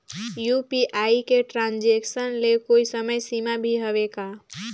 UPI के transaction ले कोई समय सीमा भी हवे का?